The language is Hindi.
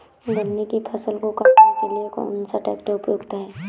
गन्ने की फसल को काटने के लिए कौन सा ट्रैक्टर उपयुक्त है?